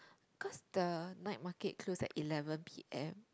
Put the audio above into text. cause the night market close at eleven P_M